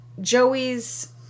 Joey's